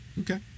Okay